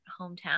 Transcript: hometown